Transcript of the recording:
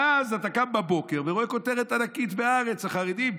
ואז אתה קם בבוקר ורואה כותרת ענקית בהארץ: החרדים,